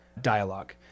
dialogue